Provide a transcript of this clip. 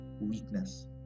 weakness